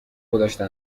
گذاشته